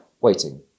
Waiting